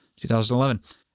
2011